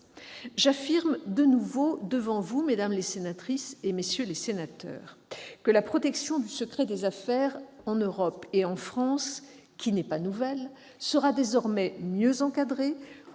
l'affirme de nouveau devant vous, mesdames, messieurs les sénateurs, la protection du secret des affaires en Europe et en France, qui n'est pas nouvelle, sera désormais mieux encadrée,